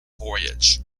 voyage